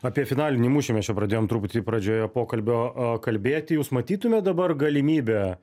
apie finalinį mūšį mes čia pradėjom truputį pradžioje pokalbio kalbėti jūs matytumėt dabar galimybę